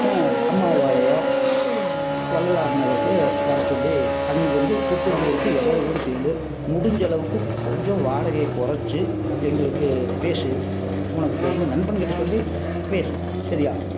அம்மாபாளையம் வள்ளலார் நகருக்கு வர சொல்லி அங்கேருந்து திருச்செந்தூருக்கு எவ்வளோ தூரம்ன்னு சொல்லிட்டு முடிஞ்சளவுக்கு கொஞ்சம் வாடகையை குறச்சி எங்களுக்கு பேசு உனக்கு தெரிஞ்ச நண்பன் கிட்ட சொல்லி பேசு சரியா